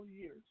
years